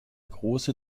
große